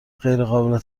غیرقابل